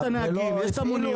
יש את הנהגים, יש את המוניות.